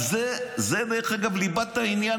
זה דרך אגב ליבת העניין,